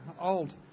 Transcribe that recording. old